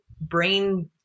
brain